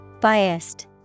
Biased